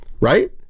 right